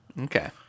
Okay